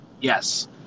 Yes